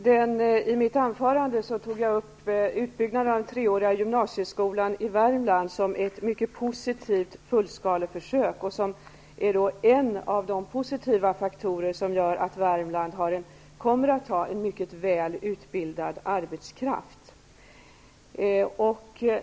Herr talman! I mitt anförande tog jag upp utbyggnaden av den treåriga gymnasieskolan i Värmland som ett mycket positivt fullskaleförsök. Det är en av de positiva faktorer som gör att Värmland kommer att ha en mycket väl utbildad arbetskraft.